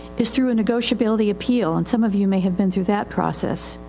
is through a negotiability appeal. and some of you may have been through that process.